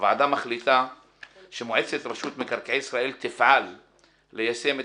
הוועדה מחליטה שמועצת רשות מקרקעי ישראל תפעל ליישם את